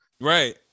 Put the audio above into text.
Right